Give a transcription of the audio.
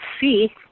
see